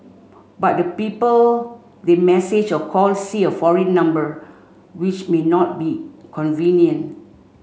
but the people they message or call see a foreign number which may not be convenient